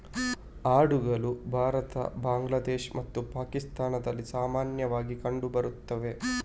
ಆಡುಗಳು ಭಾರತ, ಬಾಂಗ್ಲಾದೇಶ ಮತ್ತು ಪಾಕಿಸ್ತಾನದಲ್ಲಿ ಸಾಮಾನ್ಯವಾಗಿ ಕಂಡು ಬರ್ತವೆ